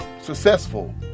successful